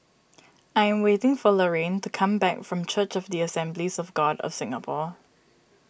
I'm waiting for Laraine to come back from Church of the Assemblies of God of Singapore